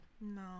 No